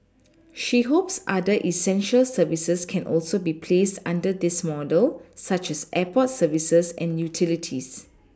she hopes other essential services can also be placed under this model such as airport services and utilities